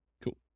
Cool